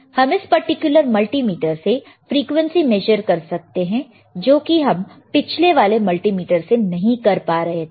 हम इस particular multimeter से फ्रीक्वेंसी मेजर कर सकते हैं जो कि हम पिछले वाले मल्टीमीटर से नहीं कर पा रहे थे